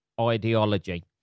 ideology